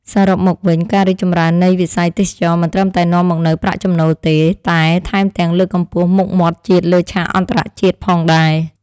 សរុបមកវិញ ការរីកចម្រើននៃវិស័យទេសចរណ៍មិនត្រឹមតែនាំមកនូវប្រាក់ចំណូលទេ តែថែមទាំងលើកកម្ពស់មុខមាត់ជាតិលើឆាកអន្តរជាតិផងដែរ។